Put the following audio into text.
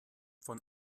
von